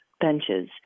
benches